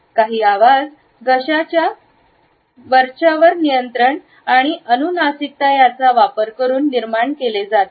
काही आवाज घशाचा वरचावर नियंत्रण आणि अनुनासिकता याचा वापर करून निर्माण केले जातात